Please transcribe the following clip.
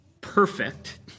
perfect